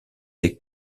des